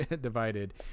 divided